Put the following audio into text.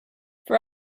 for